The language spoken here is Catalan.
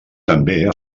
també